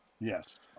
Yes